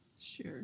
Sure